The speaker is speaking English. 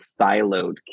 siloed